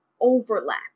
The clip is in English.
overlap